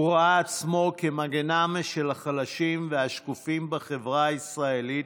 הוא ראה עצמו כמגינם של החלשים והשקופים בחברה הישראלית